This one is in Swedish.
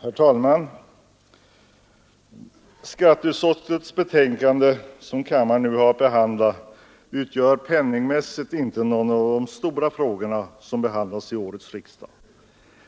Herr talman! Den fråga som behandlas i skatteutskottets betänkande tillhör penningmässigt inte de stora frågorna vid årets riksdag.